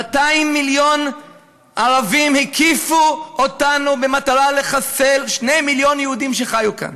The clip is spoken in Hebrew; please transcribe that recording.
200 מיליון ערבים הקיפו אותנו במטרה לחסל 2 מיליון יהודים שחיו כאן.